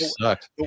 sucked